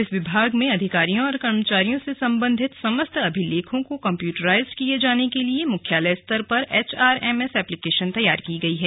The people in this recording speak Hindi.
पुलिस विभाग में अधिकारियों कर्मचारियों से सम्बन्धित समस्त अभिलेखों को कम्प्यूटराईज्ड किये जाने के लिए मुख्यालय स्तर पर एचआरएमएस एप्लिकेशन तैयार की गई है